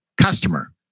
customer